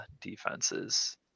defenses